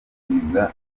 kurushinga